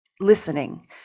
listening